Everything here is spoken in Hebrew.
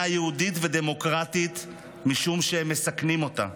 יהודית ודמוקרטית משום שהם מסכנים אותה,